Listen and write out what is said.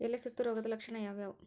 ಎಲೆ ಸುತ್ತು ರೋಗದ ಲಕ್ಷಣ ಯಾವ್ಯಾವ್?